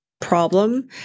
problem